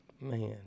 Man